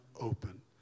open